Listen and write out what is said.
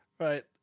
right